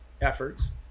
efforts